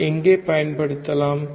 அதை எங்கே பயன்படுத்தலாம்